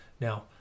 Now